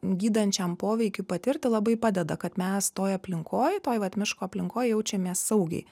gydančiam poveikiui patirti labai padeda kad mes toj aplinkoj toj vat miško aplinkoje jaučiamės saugiai